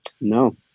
No